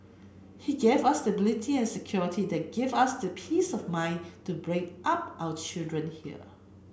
he gave us stability and security that give us the peace of mind to bring up our children here